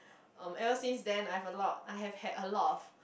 um ever since then I have a lot I have had a lot of